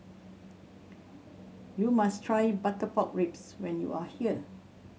you must try butter pork ribs when you are here